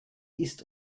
ist